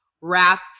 rap